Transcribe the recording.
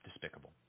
Despicable